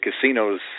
casinos